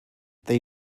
they